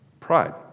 Pride